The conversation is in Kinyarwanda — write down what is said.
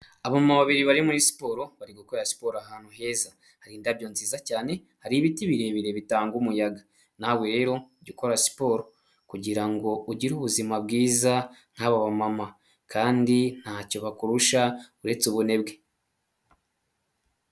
Abamama babiri bari muri siporo bari gukora siporo ahantu heza, hari indabyo nziza cyane, hari ibiti birebire bitanga umuyaga. Nawe rero jya ukora siporo kugira ngo ugire ubuzima bwiza nk'aba bamama kandi ntacyo bakurusha uretse ubunebwe.